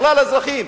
לכלל האזרחים.